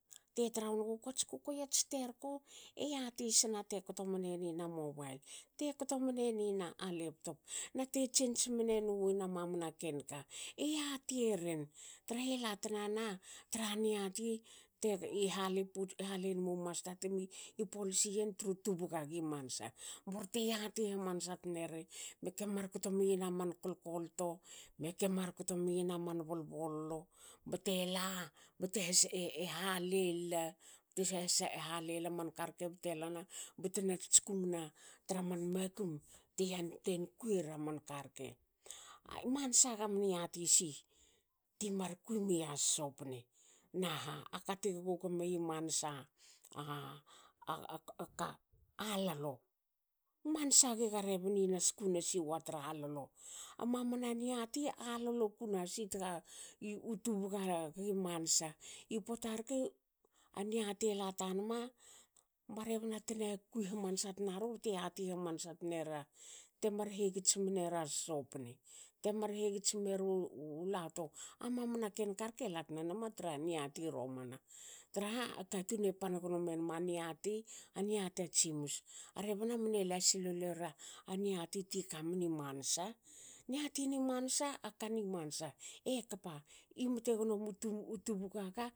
Te tra wonguku ats kukuei ats terko. e yati sne te kto mnenin a mobail te kto mnerin a laptop nate change mne nuin amaman ken ka. e yatieren trahe latnana tra niati te i hali halin mu masta timi polsi yen tru tubugagi mansa borte yati hamansa tneri meke mar kto miyin aman kol kolto. meke mar bol bollo bte la- bte halel bte la bte halela manka rke bte lana bte tskung na na tra makum te yantuie kui era man ka rke. mansa gamni yatisi ti mar kui mia sosopne naha aka ti gmo gmi yi mansa ka a lalo. Mansa gega rebni nas kunasiwa tra lalo. A maman niati a lalo kunahas i tgaga u tubu gaga i mansa. I pota rke a niati ela tanma ba rebna tna kui hamansa tnaru bte yati hamansa tnera temar hegits mnera ssopne. te ar hegits mnera u lahto. A mamna ken karke latna nama tra niati romana traha katun e pan gnomenma niati. a niati a tsimus. A rebna mne lasil lolera niati ti kami mansa. Niati ni mansa e kami mansa ekpa imte gnomiu tubugaga